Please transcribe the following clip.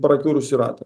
prakiurusį ratą